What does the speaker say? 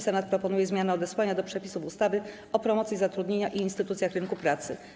Senat proponuje zmianę odesłania do przepisów ustawy o promocji zatrudnienia i instytucjach rynku pracy.